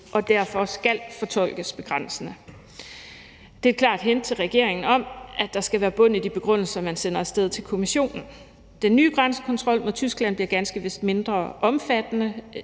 den derfor skal fortolkes begrænsende. Det er et klart hint til regeringen om, at der skal være bund i de begrundelser, man sender af sted til Kommissionen. Den nye grænsekontrol mod Tyskland bliver ganske vist mindre omfattende